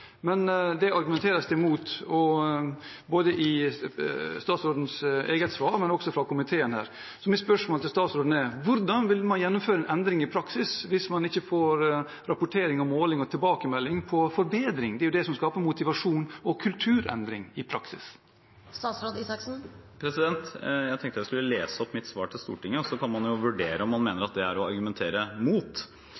Det argumenteres det mot både fra statsråden i hans svar og fra komiteen. Mitt spørsmål til statsråden er: Hvordan vil man gjennomføre en endring i praksis hvis man ikke får rapportering, måling og tilbakemelding på forbedring? Det er jo det som skaper motivasjon og kulturendring i praksis. Jeg tenkte jeg skulle lese opp fra mitt brev med svar til Stortinget, og så kan man vurdere om